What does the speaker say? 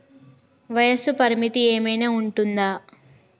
వయస్సు పరిమితి ఏమైనా ఉంటుందా?